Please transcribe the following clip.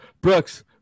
Brooks